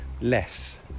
less